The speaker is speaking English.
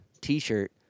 t-shirt